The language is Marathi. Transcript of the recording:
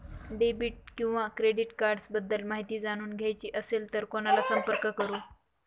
डेबिट किंवा क्रेडिट कार्ड्स बद्दल माहिती जाणून घ्यायची असेल तर कोणाला संपर्क करु?